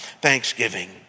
thanksgiving